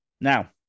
Now